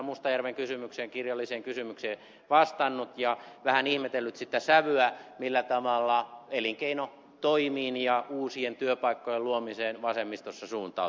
mustajärven kirjalliseen kysymykseen vastannut ja vähän ihmetellyt sitä sävyä millä tavalla elinkeinotoimiin ja uusien työpaikkojen luomiseen vasemmistossa suhtaudutaan